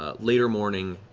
ah later morning,